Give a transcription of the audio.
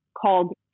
called